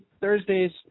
Thursday's